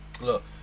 Look